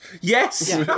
yes